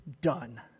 done